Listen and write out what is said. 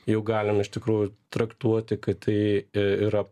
jau galim iš tikrųjų traktuoti kad tai yra